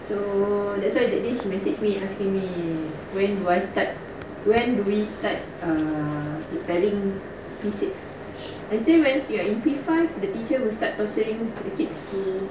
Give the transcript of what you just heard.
so that's why they they she message me asking me why start when we start adding he said I say when you are in P five the teacher will start purchasing tickets